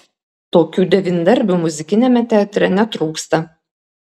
tokių devyndarbių muzikiniame teatre netrūksta